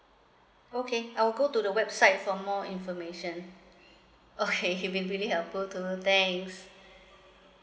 okay I will go to the website for more information uh okay you've been really helpful too thanks